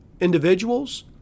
individuals